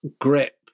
grip